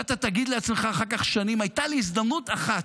ואתה תגיד לעצמך אחר כך שנים: הייתה לי הזדמנות אחת,